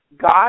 God